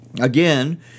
Again